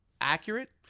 Accurate